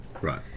Right